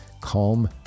Calm